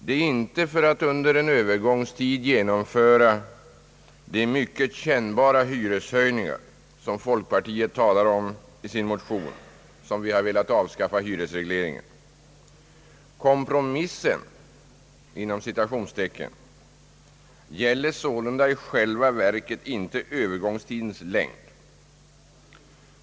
Det är inte för att under en övergångstid genomföra de mycket kännbara hyreshöjningar — som folkpartiet talar om i sin motion — som vi har velat avskaffa hyresregleringen. »Kompromissen» gäller således i själva verket inte övergångstidens längd.